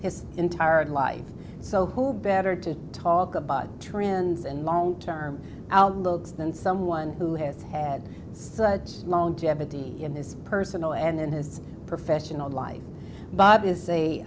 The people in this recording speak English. his entire life so who better to talk about trends and long term outlooks than someone who has had such longevity in his personal and his professional life bob is